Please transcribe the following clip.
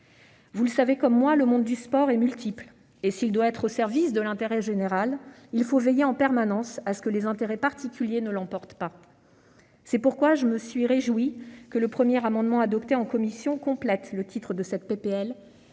Vous le savez comme moi, le monde du sport est multiple ; s'il doit être au service de l'intérêt général, il faut veiller en permanence à ce que les intérêts particuliers ne l'emportent pas. C'est pourquoi je me suis réjouie que votre commission ait adopté un amendement tendant à compléter l'intitulé de cette